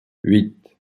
huit